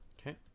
Okay